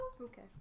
okay